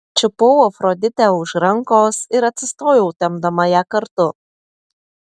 čiupau afroditę už rankos ir atsistojau tempdama ją kartu